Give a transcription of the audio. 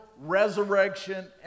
resurrection